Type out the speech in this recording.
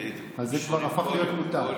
אז זה הפך כבר להיות מותר.